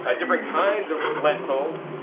ah different kinds of lentils,